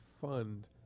fund